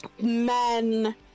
men